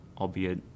albeit